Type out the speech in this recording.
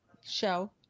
Show